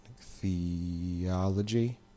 theology